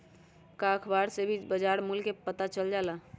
का अखबार से भी बजार मूल्य के पता चल जाला?